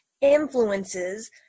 influences